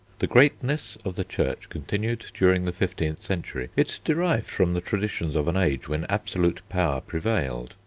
the greatness of the church continued during the fifteenth century it derived from the traditions of an age when absolute power prevailed,